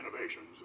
innovations